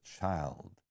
child